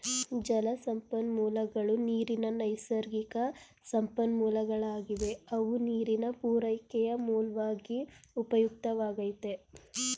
ಜಲಸಂಪನ್ಮೂಲಗಳು ನೀರಿನ ನೈಸರ್ಗಿಕಸಂಪನ್ಮೂಲಗಳಾಗಿವೆ ಅವು ನೀರಿನ ಪೂರೈಕೆಯ ಮೂಲ್ವಾಗಿ ಉಪಯುಕ್ತವಾಗೈತೆ